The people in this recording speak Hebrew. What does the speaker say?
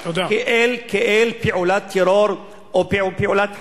כאל פעולת טרור או פעולת חבלה,